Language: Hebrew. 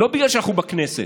לא בגלל שאנחנו בכנסת,